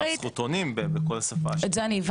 עכשיו אני עובדת זרה אוקראינית,